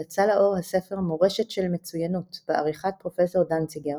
יצא לאור הספר "מורשת של מצויינות" בעריכת פרופ' דנציגר